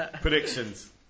predictions